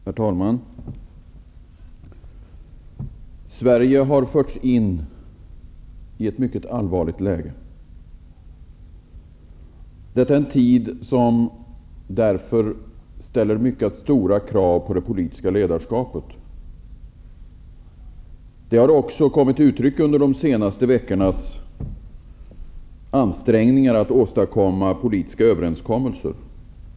Herr talman! Sverige har förts in i ett mycket allvarligt läge. Detta är därför en tid när det ställs mycket stora krav på det politiska ledarskapet. Det har också kommit till uttryck under de senaste veckornas ansträngningar att åstadkomma politiska överenskommelser.